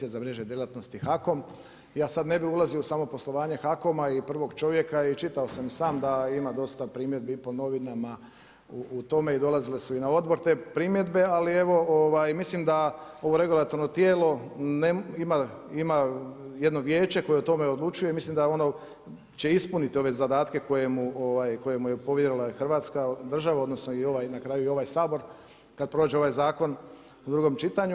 Ja sada ne bi ulazio u samo poslovanje HAKOM-a i prvog čovjeka i čitao sam i sam da ima dosta primjedbi po novinama u tome i dolazile su i na odbor te primjedbe, ali evo mislim da ovo regulatorno tijelo ima jedno vijeće koje o tome odlučuje i mislim da će ono ispuniti ove zadatke koje mu je povjerila Hrvatska država odnosno na kraju i ovaj Sabor kada prođe ovaj zakon u drugom čitanju.